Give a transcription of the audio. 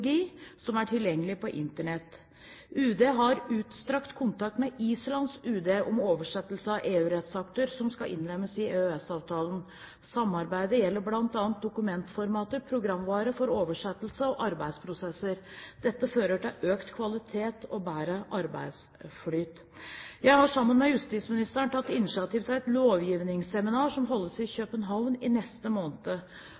som er tilgjengelig på Internett. UD har utstrakt kontakt med Islands utenriksdepartement om oversettelse av EU-rettsakter som skal innlemmes i EØS-avtalen. Samarbeidet gjelder bl.a. dokumentformater, programvare for oversettelse og arbeidsprosesser. Dette fører til økt kvalitet og bedre arbeidsflyt. Jeg har sammen med justisministeren tatt initiativ til et lovgivningsseminar som holdes i